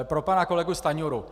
Pro pana kolegu Stanjuru.